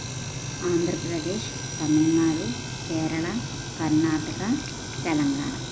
Andhra Pradesh Tamil Nadu Kerala Karnataka Telangana